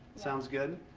sounds good.